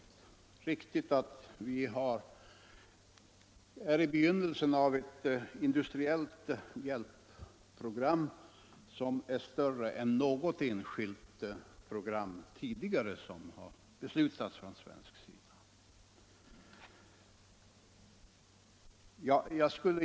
Det är riktigt att vi är i begynnelsen av ett industriellt hjälpprogram, som är större än något enskilt projekt som tidigare beslutats från svensk sida.